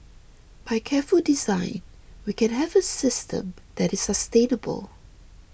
by careful design we can have a system that is sustainable